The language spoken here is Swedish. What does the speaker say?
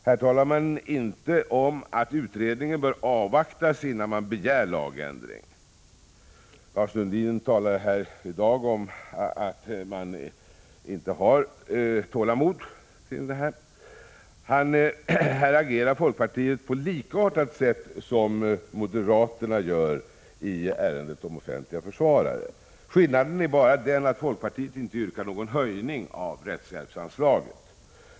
Här talar man inte om att utredningen bör avvaktas, innan man begär lagändring. Lars Sundin talade i dag om att man inte har tålamod. Här agerar folkpartiet på likartat sätt som moderaterna gör beträffande ärendet om offentlig försvarare. Skillnaden är bara den att folkpartiet inte yrkar på någon höjning av rättshjälpsanslaget.